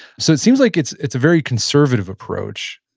so, it seems like it's it's a very conservative approach.